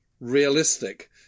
realistic